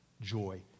joy